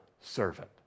servant